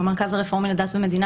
במרכז הרפורמי לדת ומדינה,